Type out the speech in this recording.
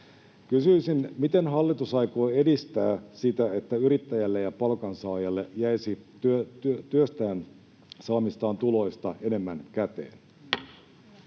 Kysyisin: miten hallitus aikoo edistää sitä, että yrittäjälle ja palkansaajalle jäisi työstään saamistaan tuloista enemmän käteen?